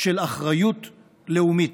של אחריות לאומית.